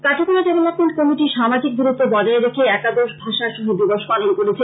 Katigorah development committee সামাজিক দূরত্ব বজায় রেখে একাদশ ভাষা শহীদ দিবস পালন করেছে